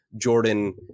Jordan